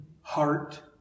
heart